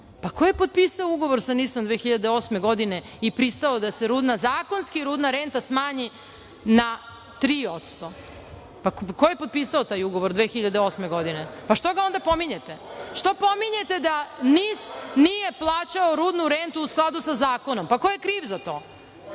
je potpisao ugovor sa NIS 2008. godine i pristao da se zakonski rudna renta smanji na 3%? Ko je potpisao taj ugovor 2008. godine? Što ga onda pominjete? Što pominjete da NIS nije plaćao rudnu rentu u skladu sa zakonom? KO je kriv za to?